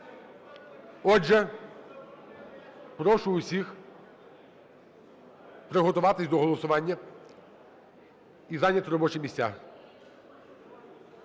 Отже, прошу усіх приготуватися до голосування і зайняти робочі місця.